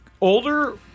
older –